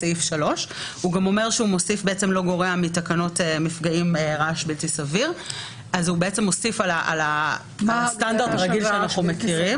בסעיף 3 והוא גם אומר שהוא לא גורע מהנאמר בסעיף 3. כך שהוא בעצם מוסיף על הסטנדרט הרגיל שאנחנו מכירים